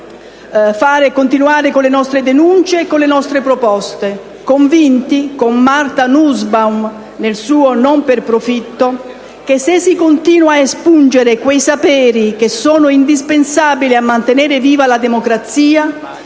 e proseguiremo con le nostre denunce e con le nostre proposte convinti - come Martha Nussbaum nel suo «Non per profitto» - che se si continueranno ad espungere quei saperi che «sono indispensabili a mantenere viva la democrazia,